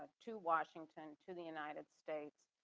to washington to the united states.